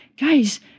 Guys